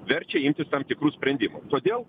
verčia imtis tam tikrų sprendimų todėl